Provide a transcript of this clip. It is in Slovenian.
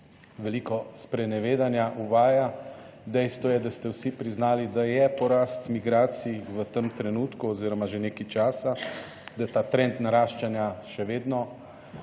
veliko sprenevedanja uvaja. Dejstvo je, da ste vsi priznali, da je porast migracij v tem trenutku oziroma že nekaj časa, da ta trend naraščanja še vedno